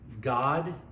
God